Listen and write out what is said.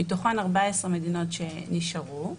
מתוכן 14 מדינות שנשארו,